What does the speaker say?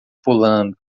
pulando